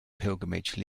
pilgrimage